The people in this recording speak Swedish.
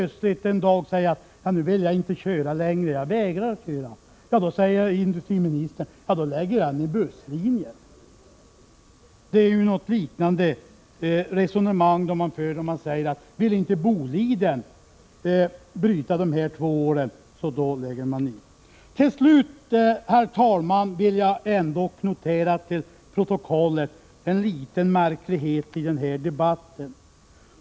En dag säger jag helt plötsligt att jag vägrar fortsätta köra. Då säger industriministern att han lägger ned busslinjen. Det är något liknande resonemang man för när man säger att om inte Boliden vill bryta två år till så lägger man ned gruvan. Herr talman! Till sist vill jag till protokollet notera en liten märklighet i denna debatt.